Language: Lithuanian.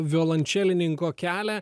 violončelininko kelią